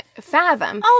fathom